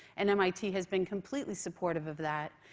and mit has been completely supportive of that.